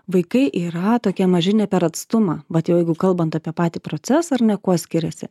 vaikai yra tokie maži ne per atstumą vat jau jeigu kalbant apie patį procesą ar ne kuo skiriasi